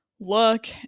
look